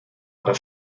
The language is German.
oder